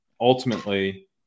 ultimately